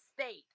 state